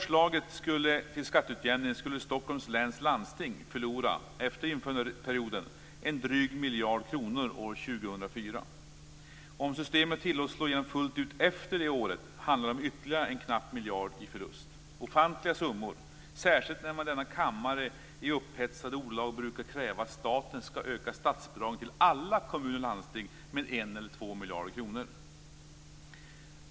Stockholms läns landsting förlora efter införandeperioden en dryg miljard kronor år 2004. Om systemet tillåts slå fullt ut efter det året handlar det om ytterligare en knapp miljard i förlust. Det är ofantliga summor, särskilt som man i denna kammare i upphetsade ordalag brukar kräva att staten skall öka statsbidrag till alla kommuner och landsting med 1 eller 2 miljarder kronor.